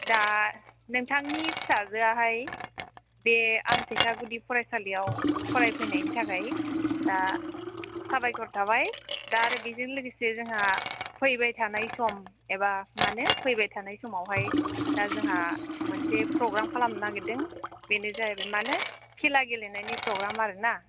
दा नोंथांनि फिसाजोयाहाय बे आमथेखा गुदि फरायसालियाव फराय फैनायनि थाखाय दा साबायखर थाबाय दा आरो बेजों लोगोसे जोंहा फैबाय थानाय सम एबा मानो फैबाय थानाय समवहाय दा जोंहा मोनसे फ्रग्राम खालामनो नागेरदों बेनो जाहैबाय माने खेला गेलेनायनि फ्रग्राम आरोना